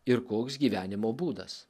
ir koks gyvenimo būdas